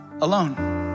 Alone